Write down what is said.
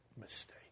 mistake